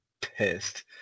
pissed